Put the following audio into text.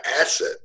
asset